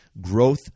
Growth